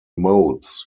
modes